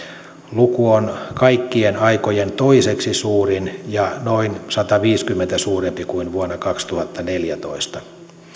luku on kaikkien aikojen toiseksi suurin ja noin sataviisikymmentä suurempi kuin vuonna kaksituhattaneljätoista